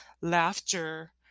laughter